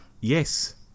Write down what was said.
Yes